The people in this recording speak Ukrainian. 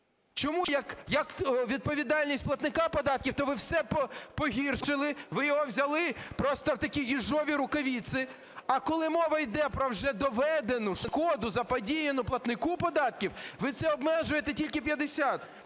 Чому, як відповідальність платника податків - то ви все погіршили, ви його взяли просто в такі "єжові рукавиці", а коли мова йде про вже доведену шкоду, заподіяну платнику податків - ви це обмежуєте тільки 50